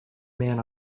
man